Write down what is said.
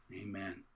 Amen